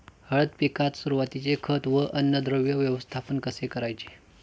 हळद पिकात सुरुवातीचे खत व अन्नद्रव्य व्यवस्थापन कसे करायचे?